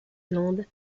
land